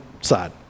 side